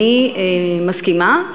אני מסכימה.